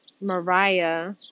Mariah